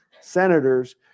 senators